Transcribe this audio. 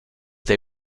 they